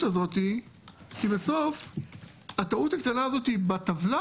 הזאת כי בסוף הטעות הקטנה הזאת בטבלה